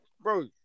bro